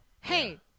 Hey